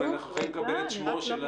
אנחנו נמצאים במצב חירום.